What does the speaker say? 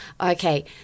Okay